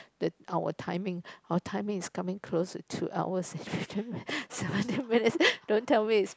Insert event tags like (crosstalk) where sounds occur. the our timing our timing is coming close to two hours (laughs) and seventeen minutes don't tell me it's